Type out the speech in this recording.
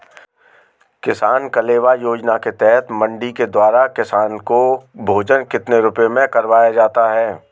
किसान कलेवा योजना के तहत मंडी के द्वारा किसान को भोजन कितने रुपए में करवाया जाता है?